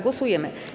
Głosujemy.